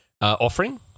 offering